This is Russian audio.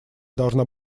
должна